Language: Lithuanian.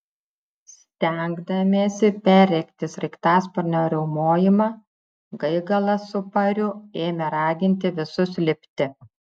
stengdamiesi perrėkti sraigtasparnio riaumojimą gaigalas su pariu ėmė raginti visus lipti